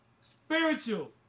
Spiritual